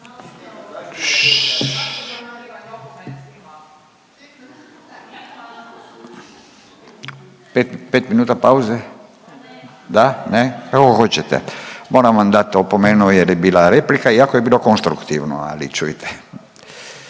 Pet minuta pauze? Da, ne? Kako hoćete. Moram vam dati opomenu, jer je bila replika iako je bilo konstruktivno. Ali čujte,